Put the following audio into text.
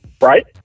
Right